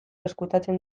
ezkutatzen